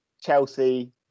Chelsea